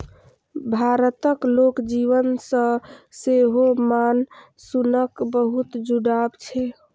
भारतक लोक जीवन सं सेहो मानसूनक बहुत जुड़ाव छै